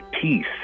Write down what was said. peace